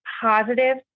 positive